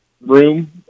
room